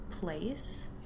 place